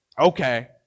Okay